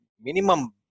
minimum